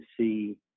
see